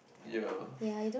ya